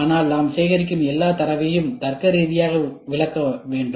ஆனால் நாம் சேகரிக்கும் எல்லா தரவையும் தர்க்கரீதியாக விளக்க வேண்டும்